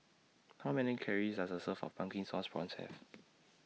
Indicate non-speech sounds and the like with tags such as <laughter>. How Many Calories Does A Serving of Pumpkin Sauce Prawns Have <noise>